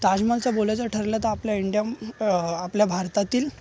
ताजमहलचं बोलायचं ठरलं तर आपल्या इंडिया आपल्या भारतातील